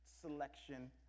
selection